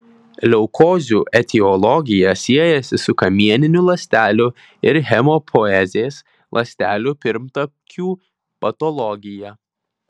leukozių etiologija siejasi su kamieninių ląstelių ir hemopoezės ląstelių pirmtakių patologija